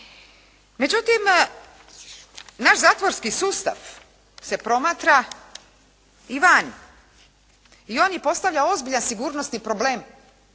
Međutim, naš zatvorski sustav se promatra i van. I on je postavlja ozbiljan sigurnosni problem